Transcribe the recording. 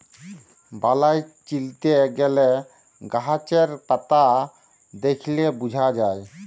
বালাই চিলতে গ্যালে গাহাচের পাতা দ্যাইখে বুঝা যায়